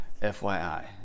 FYI